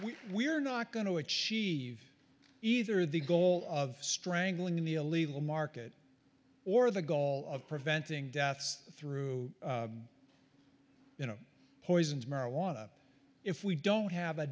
we're not going to achieve either the goal of strangling the illegal market or the gall of preventing deaths through you know poisons marijuana if we don't have a